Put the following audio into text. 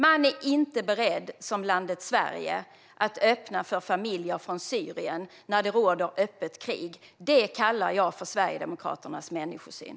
Landet Sverige är inte berett att öppna för familjer från Syrien när det råder öppet krig. Detta kallar jag för Sverigedemokraternas människosyn.